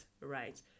right